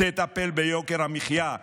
תטפל ביוקר המחיה,